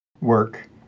work